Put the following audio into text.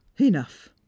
enough